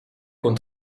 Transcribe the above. con